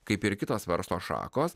kaip ir kitos verslo šakos